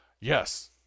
Yes